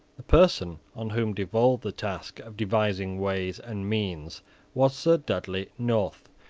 the person on whom devolved the task of devising ways and means was sir dudley north,